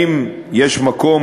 אם יש מקום,